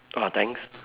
err thanks